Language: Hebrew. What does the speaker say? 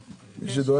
הוא מקבל סיוע